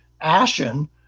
ashen